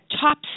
top